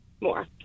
more